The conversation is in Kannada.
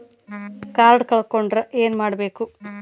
ಕಾರ್ಡ್ ಕಳ್ಕೊಂಡ್ರ ಏನ್ ಮಾಡಬೇಕು?